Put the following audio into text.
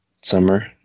summer